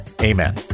Amen